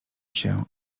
się